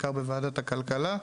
בעיקר בוועדת הכלכלה.